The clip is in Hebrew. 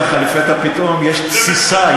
ככה לפתע פתאום יש תסיסה.